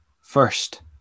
first